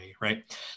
Right